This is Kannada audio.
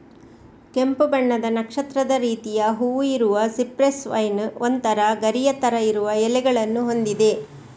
ಕೆಂಪು ಬಣ್ಣದ ನಕ್ಷತ್ರದ ರೀತಿಯ ಹೂವು ಇರುವ ಸಿಪ್ರೆಸ್ ವೈನ್ ಒಂತರ ಗರಿಯ ತರ ಇರುವ ಎಲೆಗಳನ್ನ ಹೊಂದಿದೆ